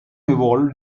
evolved